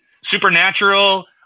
Supernatural